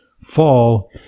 fall